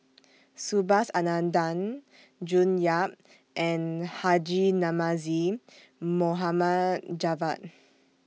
Subhas Anandan June Yap and Haji Namazie Mohamed Javad